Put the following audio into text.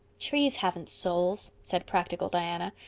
trees haven't souls, said practical diana,